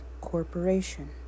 Corporation